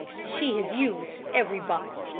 she has used everybody,